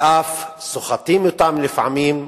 ואף סוחטים אותם לפעמים,